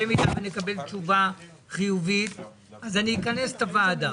במידה ונקבל תשובה חיובית אז אני אכנס את הוועדה.